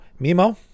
Mimo